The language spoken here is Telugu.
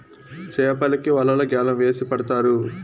చాపలకి వలలు గ్యాలం వేసి పడతారు